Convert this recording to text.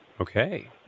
Okay